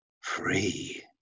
free